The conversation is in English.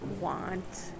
want